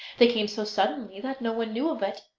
they came so suddenly that no one knew of it,